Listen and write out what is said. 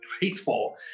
hateful